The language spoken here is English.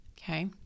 Okay